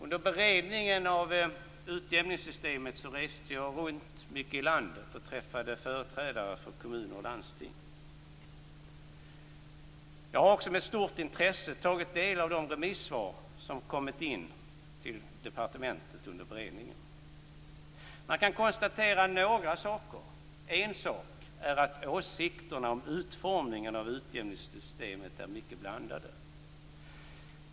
Under beredningen av frågan om utjämningssystemet reste jag runt mycket i landet och träffade företrädare för kommuner och landsting. Jag har också med stort intresse tagit del av de remissvar som kommit in till departementet under beredningen. Man kan konstatera några saker. En sak är att åsikterna om utformningen av utjämningssystemet är mycket blandade.